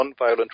nonviolent